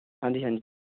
ਹਾਂਜੀ ਹਾਂਜੀ